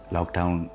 Lockdown